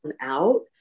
Out